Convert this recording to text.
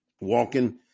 walking